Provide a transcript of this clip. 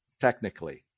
technically